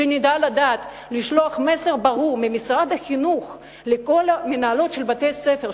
ונדע לשלוח מסר ברור ממשרד החינוך לכל המנהלות של בתי-הספר,